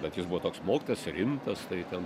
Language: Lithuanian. bet jis buvo toks mokytas rimtas tai ten